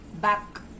back